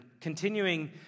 continuing